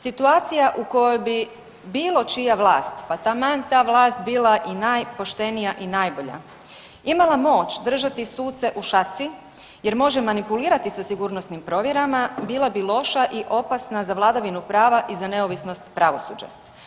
Situacija u kojoj bi bilo čija vlast, pa taman ta vlast bila i najpoštenija i najbolja imala moć držati suce u šaci jer može manipulirati sigurnosnim provjerama bila bi loša i opasna za vladavinu prava i za neovisnost pravosuđa.